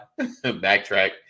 backtrack